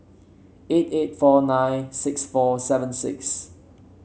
eight eight four nine six four seven six